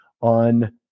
on